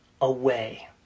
away